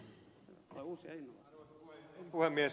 arvoisa puhemies